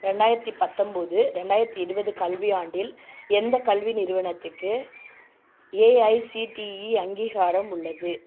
ரெண்டாயிரத்தி பத்தொம்போது ரெண்டாயிரத்தி இருபது கல்வியாண்டில் எந்த கல்வி நிறுவனத்துக்கு ஏஐசிடிஇ அங்கீகாரம் உள்ளது